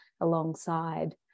alongside